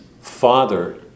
father